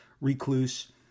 recluse